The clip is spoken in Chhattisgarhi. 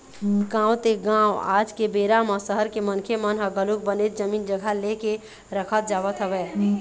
गाँव ते गाँव आज के बेरा म सहर के मनखे मन ह घलोक बनेच जमीन जघा ले के रखत जावत हवय